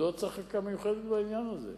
מדוע צריך מחלקה מיוחדת בעניין הזה?